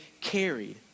carried